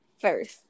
First